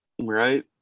right